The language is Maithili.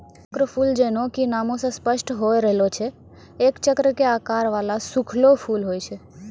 चक्रफूल जैन्हों कि नामै स स्पष्ट होय रहलो छै एक चक्र के आकार वाला सूखलो फूल होय छै